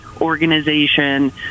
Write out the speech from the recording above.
organization